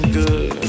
good